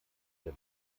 der